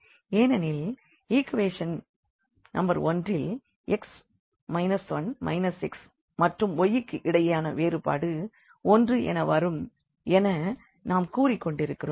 ஏனெனில் equation number 1 ல் x 1 x மற்றும் y க்கு இடையேயான வேறுபாடு 1 என வரும் என நாம் கூறிக் கொண்டிருக்கிறோம்